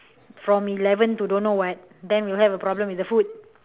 from eleven to don't know what then you have a problem with the food